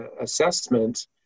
assessment